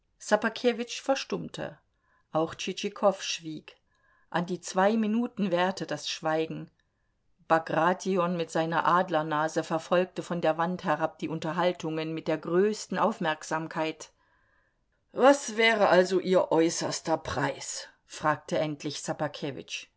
verstummte auch tschitschikow schwieg an die zwei minuten währte das schweigen bagration mit seiner adlernase verfolgte von der wand herab die unterhandlungen mit der größten aufmerksamkeit was wäre also ihr äußerster preis fragte endlich